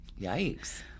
Yikes